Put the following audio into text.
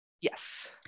Yes